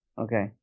Okay